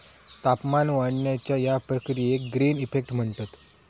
तापमान वाढण्याच्या या प्रक्रियेक ग्रीन इफेक्ट म्हणतत